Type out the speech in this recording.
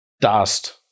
dust